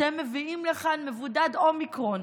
אתם מביאים לכאן מבודד אומיקרון.